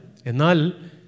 Enal